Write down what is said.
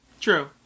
true